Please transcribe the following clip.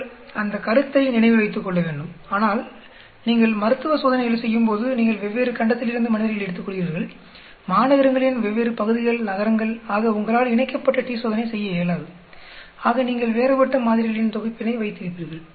நீங்கள் அந்த கருத்தை நினைவில் வைத்துக்கொள்ளவேண்டும் ஆனால் நீங்கள் மருத்துவ சோதனைகளை செய்யும்போது நீங்கள் வெவ்வேறு கண்டத்திலிருந்து மனிதர்களை எடுத்துக்கொள்கிறீர்கள் மாநகரங்களின் வெவ்வேறு பகுதிகள் நகரங்கள் ஆக உங்களால் இணைக்கப்பட்ட t சோதனை செய்ய இயலாது ஆக நீங்கள் வேறுபட்ட மாதிரிகளின் தொகுப்பினை வைத்திருப்பீர்கள்